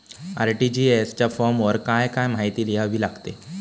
RTGS च्या फॉर्मवर काय काय माहिती लिहावी लागते?